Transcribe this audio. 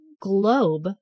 globe